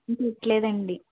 నేను పెట్టలేదండి